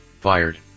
fired